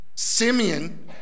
Simeon